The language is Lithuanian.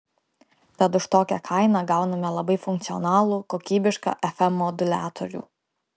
tad už tokią kainą gauname labai funkcionalų kokybišką fm moduliatorių